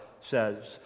says